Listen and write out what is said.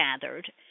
gathered